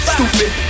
Stupid